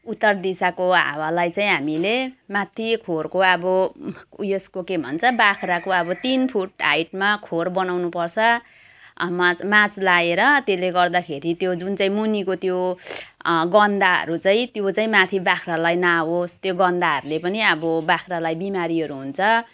उत्तर दिशाको हावालाई चाहिँ हामीले माथि खोरको अब उयसको के भन्छ बाख्राको अब तिन फुट हाइटमा खोर बनाउनुपर्छ माच माच लगाएर त्यसले गर्दाखेरि त्यो जुन चाहिँ मुनिको त्यो गन्धहरू चाहिँ त्यो चाहिँ माथि बाख्रालाई नाआओस् त्यो गन्धहरूले पनि अब बाख्रालाई बिमारीहरू हुन्छ